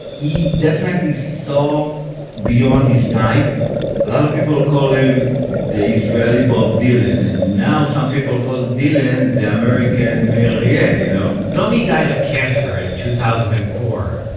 he definitely saw beyond his time. a lot of people call him the israeli bob dylan, and now some people call dylan the american meir ariel, yeah you know? naomi died of cancer in two thousand and four,